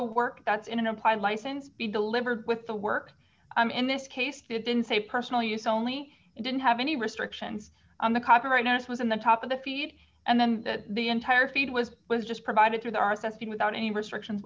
a work that's in an implied license be delivered with the work i'm in this case didn't say personal use only it didn't have any restrictions on the copyright notice was in the top of the feed and then that the entire feed was was just provided through the r s s feed without any restrictions